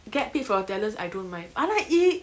get it for your talents I don't mind unlike